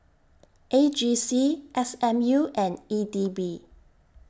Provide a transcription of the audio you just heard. A G C S M U and E D B